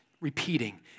repeating